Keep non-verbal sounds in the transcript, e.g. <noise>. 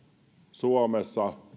suomessa <unintelligible>